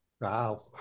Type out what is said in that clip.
Wow